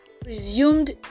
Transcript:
presumed